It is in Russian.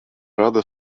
рада